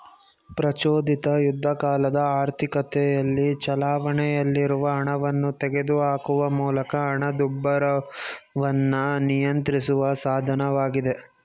ಪ್ರಚೋದಿತ ಯುದ್ಧಕಾಲದ ಆರ್ಥಿಕತೆಯಲ್ಲಿ ಚಲಾವಣೆಯಲ್ಲಿರುವ ಹಣವನ್ನ ತೆಗೆದುಹಾಕುವ ಮೂಲಕ ಹಣದುಬ್ಬರವನ್ನ ನಿಯಂತ್ರಿಸುವ ಸಾಧನವಾಗಿದೆ